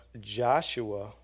Joshua